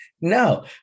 No